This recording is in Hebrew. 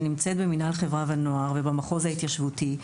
שנמצאת במינהל חברה ונוער ובמחוז ההתיישבותי.